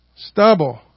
Stubble